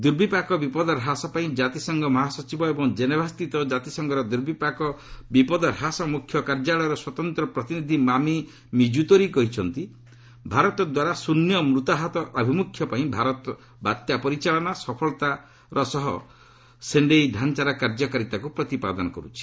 ଦୁର୍ବିପାକ ବିପଦ ହ୍ରାସପାଇଁ ଜାତିସଂଘ ମହାସଚିବ ଏବଂ ଜେନେଭାସ୍ଥିତ କାତିସଂଘର ଦୁର୍ବିପାକ ବିପଦ ହ୍ରାସ ମୁଖ୍ୟ କାର୍ଯ୍ୟାଳୟର ସ୍ୱତନ୍ତ୍ର ପ୍ରତିନିଧି ମାମି ମିଳୁଡୋରି କହିଛନ୍ତି ଭାରତଦ୍ୱାରା ଶ୍ଚନ୍ୟ ମୃତାହତ ଅଭିମୁଖ୍ୟ ପାଇଁ ବାତ୍ୟା ପରିଚାଳନା ସଫଳତା ସେଶ୍ଚାଇ ଡାଞ୍ଚାର କାର୍ଯ୍ୟକାରିତାକୁ ପ୍ରତିପାଦନ କରୁଛି